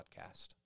Podcast